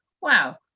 wow